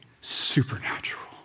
supernatural